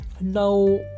now